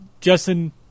Justin